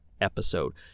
episode